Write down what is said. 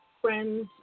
friends